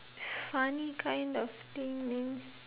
funny kind of thing means